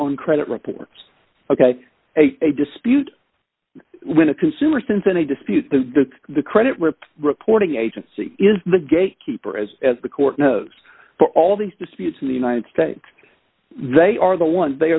on credit reports ok a dispute when a consumer since in a dispute the credit we're reporting agency is the gatekeeper as as the court knows for all these disputes in the united states they are the ones they